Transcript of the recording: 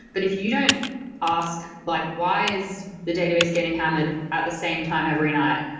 but if you don't ask like why is the database getting hammered at the same time every night?